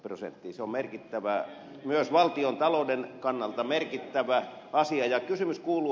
se on myös valtiontalouden kannalta merkittävä asia ja kysymys kuuluu